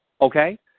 Okay